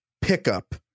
pickup